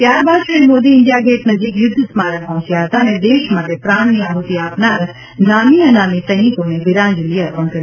ત્યારબાદ Shri Modi India Gate નજીક યુધ્ધ સ્મારક પહોંચ્યા હતા અને દેશ માટે પ્રાણની આહૂતિ આપનાર નામી અનામી સૈનિકોને વીરાંજલિ અર્પણ કરી હતી